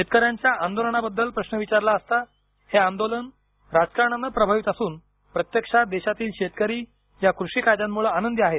शेतकऱ्यांच्या आंदोलनाबद्दल प्रश्न विचारला असता हे आंदोलन राजकारणानं प्रभावित असून प्रत्यक्षात देशातील शेतकरी या कृषी कायद्यांमुळे आनंदी आहेत